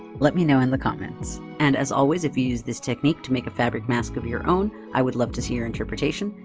let me know in the comments! and as always, if you use this technique to make a fabric mask of your own, i'd love to see your interpretation!